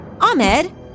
Ahmed